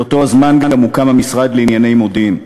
באותו זמן גם הוקם המשרד לענייני מודיעין,